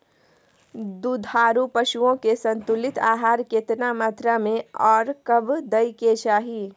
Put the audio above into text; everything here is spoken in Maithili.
दुधारू पशुओं के संतुलित आहार केतना मात्रा में आर कब दैय के चाही?